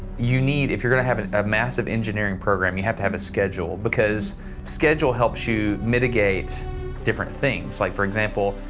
you need if you're going to have and a massive engineering program, you have to have a schedule because schedule helps you mitigate different things. like for example,